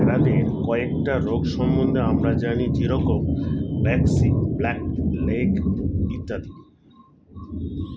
ভেড়াদের কয়েকটা রোগ সম্বন্ধে আমরা জানি যেরম ব্র্যাক্সি, ব্ল্যাক লেগ ইত্যাদি